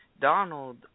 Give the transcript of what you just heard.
Donald